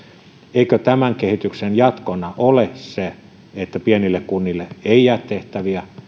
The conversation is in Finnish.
eikö tämän kehityksen jatkona ole se että pienille kunnille ei jää tehtäviä